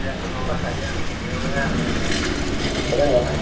सिरियाखानायावब्ला हायो आं बेयावहाय आं थाङो नालाय